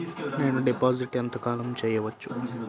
నేను డిపాజిట్ ఎంత కాలం చెయ్యవచ్చు?